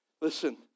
listen